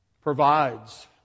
provides